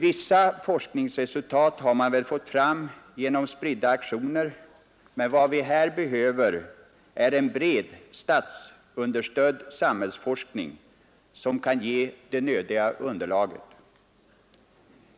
Vissa forskningsresultat har man väl fått fram genom spridda aktioner, men vad vi här behöver är en bred, statsunderstödd samhällsforskning, som kan ge det nödvändiga underlaget.